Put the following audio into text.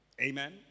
Amen